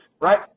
Right